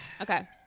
Okay